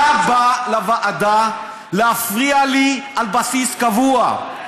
אתה בא לוועדה להפריע לי, על בסיס קבוע.